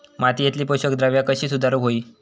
मातीयेतली पोषकद्रव्या कशी सुधारुक होई?